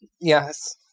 Yes